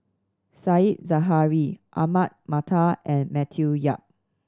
Said Zahari Ahmad Mattar and Matthew Yap